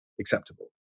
acceptable